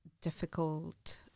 difficult